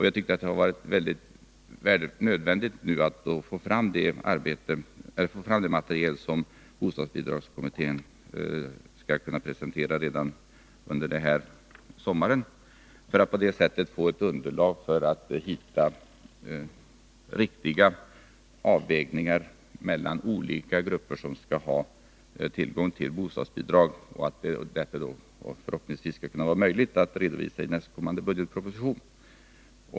Jag tycker att det är nödvändigt att ta del av det material som bostadsbidragskommittén skall kunna presentera redan under sommaren, för att på det sättet få ett underlag för riktiga avvägningar mellan olika grupper som skall ha tillgång till bostadsbidrag. Förhoppningsvis blir det möjligt att redovisa detta i nästkommande budgetproposition.